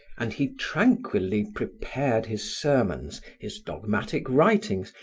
and he tranquilly prepared his sermons, his dogmatic writings,